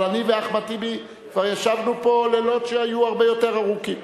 אבל אני ואחמד טיבי כבר ישבנו פה לילות שהיו הרבה יותר ארוכים.